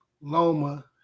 Loma